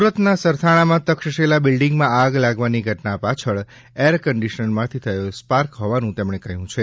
સુરતના સરથાણામાં તક્ષશિલા બિલ્ડિંગમાં આગ લાગવાની ઘટના પાછળ એર કન્ડિશનરમાંથી થયો સ્પાર્ક હોવાનું તેમણે કહ્યું છે